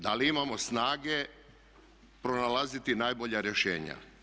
Da li imamo snage pronalaziti najbolja rješenja?